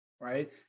Right